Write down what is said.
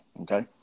okay